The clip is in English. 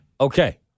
Okay